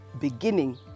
beginning